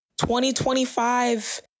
2025